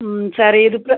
ம் சரி இதுக்கு